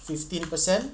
fifteen percent